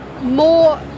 More